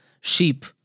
sheep